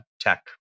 tech